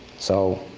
so,